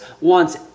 wants